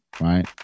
Right